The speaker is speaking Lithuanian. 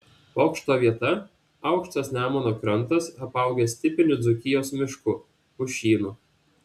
bokšto vieta aukštas nemuno krantas apaugęs tipiniu dzūkijos mišku pušynu